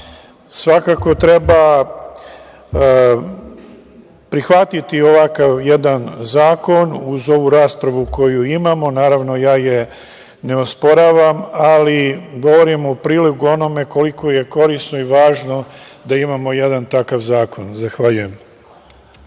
svakako treba prihvatiti ovakav jedan zakon uz ovu raspravu koju imamo, naravno ja je ne osporavam, ali govorim u prilog onome koliko je korisno i važno da imamo jedan takav zakon. Zahvaljujem.